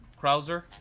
Krauser